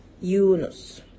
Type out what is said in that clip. yunus